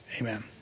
Amen